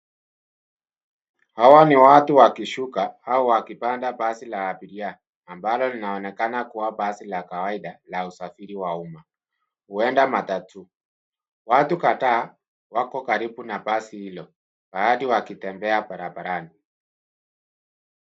Hawa ni watu wakishuka au wakipanda basi la abiria ambalo linaonekana kuwa basi la kawaida la usafiri wa umma, huenda matatu. Watu kadhaa wako karibu na basi hilo baadhi wakitembea barabarani.